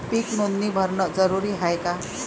पीक नोंदनी भरनं जरूरी हाये का?